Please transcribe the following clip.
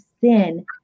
sin